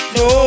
no